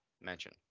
mention